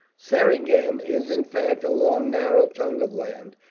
seringam is in fact a long narrow tongue of land,